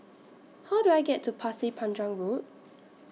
How Do I get to Pasir Panjang Road